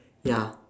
ya